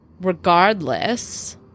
regardless